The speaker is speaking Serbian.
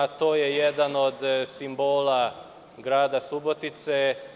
To je jedan od simbola grada Subotice.